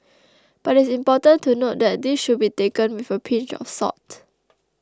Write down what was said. but it's important to note that this should be taken with a pinch of salt